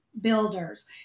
builders